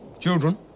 Children